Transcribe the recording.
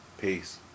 Peace